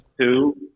two